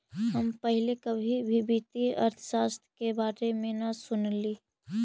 हम पहले कभी भी वित्तीय अर्थशास्त्र के बारे में न सुनली